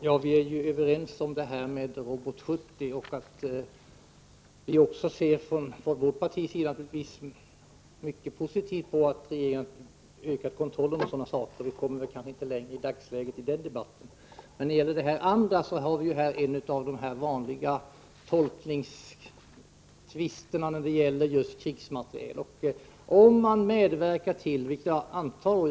Herr talman! Vi är överens om Robot 70. Från vårt parti ser vi mycket positivt på att det har införts ökad kontroll, och vi kommer kanske inte längre i den debatten i dagsläget. När det gäller min andra fråga har vi här en av de vanliga tolkningstvisterna — Prot. 1985/86:27 om krigsmateriel.